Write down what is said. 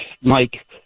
Mike